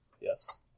Yes